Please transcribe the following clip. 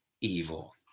evil